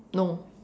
no